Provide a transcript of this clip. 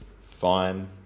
Fine